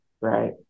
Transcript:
right